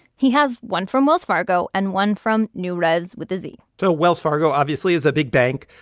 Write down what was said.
he has one from wells fargo and one from newrez with a z so wells fargo, obviously, is a big bank.